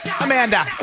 Amanda